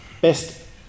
best